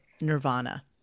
Nirvana